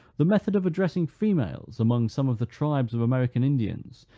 the method of addressing females, among some of the tribes of american indians,